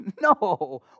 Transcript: No